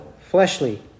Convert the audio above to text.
fleshly